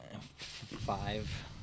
Five